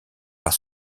par